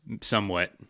somewhat